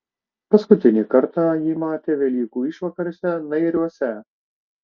paskutinį kartą jį matė velykų išvakarėse nairiuose